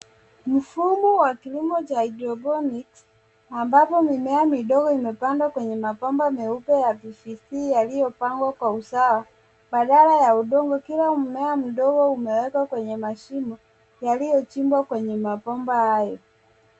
Mfumo wa kilimo cha hydroponics ambapo mimea midogo imepandwa kwenye mabomba meupe ya PVC yaliyopangwa kwa usawa. Badala ya udongo, kila mmea mdogo umewekwa kwenye mashimo yaliyochimbwa kwenye mabomba hayo.